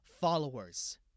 followers